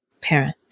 parent